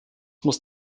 muss